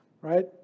right